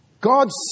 God's